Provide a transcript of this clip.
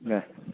दे